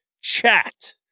chat